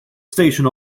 station